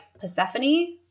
Persephone